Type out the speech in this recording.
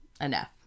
Enough